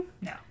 no